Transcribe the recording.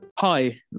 Hi